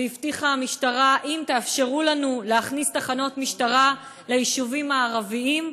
והמשטרה הבטיחה: אם תאפשרו לנו להכניס תחנות משטרה ליישובים הערביים,